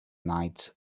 night